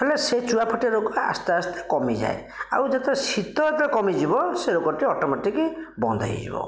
ହେଲେ ସେ ଚୁଆ ଫାଟିଆ ରୋଗ ଆସ୍ତେ ଆସ୍ତେ କମିଯାଏ ଆଉ ଯେତେବେଳେ ଶୀତ ଯେତେ କମିଯିବ ସେ ରୋଗଟି ଅଟୋମେଟିକ୍ ବନ୍ଦ ହୋଇଯିବ